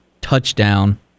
touchdown